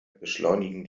beschleunigen